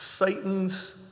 Satan's